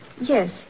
Yes